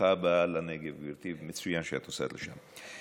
ברוכה הבאה לנגב, גברתי, מצוין שאת נוסעת לשם.